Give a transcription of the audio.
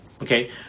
okay